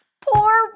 Poor